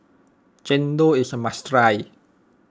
Chendol is a must try